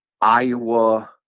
Iowa